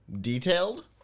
detailed